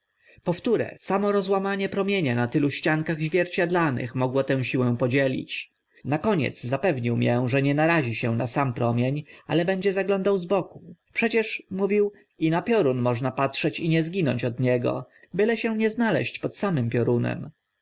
wtóre samo rozłamanie promienia na tylu ściankach zwierciadlanych mogło tę siłę podzielić na koniec zapewnił mię że nie narazi się na sam promień ale będzie zaglądał z boku przecież mówił i na piorun można patrzeć i nie zginąć od niego byle się nie znaleźć pod samym piorunem